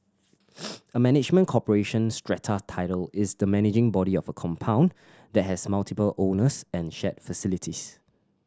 a management corporation strata title is the managing body of a compound that has multiple owners and shared facilities